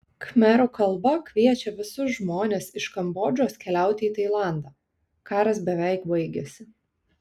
khmerų kalba kviečia visus žmones iš kambodžos keliauti į tailandą karas beveik baigėsi